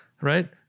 right